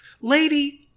lady